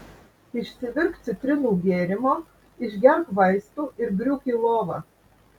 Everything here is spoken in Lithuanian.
išsivirk citrinų gėrimo išgerk vaistų ir griūk į lovą